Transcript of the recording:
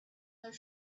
their